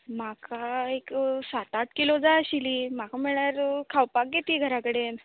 म्हाका एक सात आठ किलो जाय आशिल्ली म्हाका म्हळ्यार खावपाक गे ती घरा कडेन